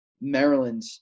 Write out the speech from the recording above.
Maryland